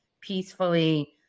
peacefully